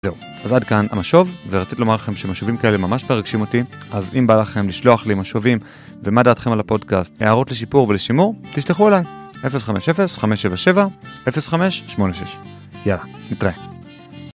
זהו, ועד כאן המשוב, ורציתי לומר לכם שמשובים כאלה ממש מרגשים אותי, אז אם בא לכם לשלוח לי משובים ומה דעתכם על הפודקאסט, הערות לשיפור ולשימור, תשלחו אליי, 050-5770586. יאללה, נתראה.